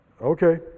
okay